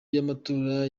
y’amatora